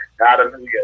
Hallelujah